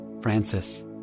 francis